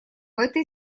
этой